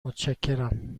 متشکرم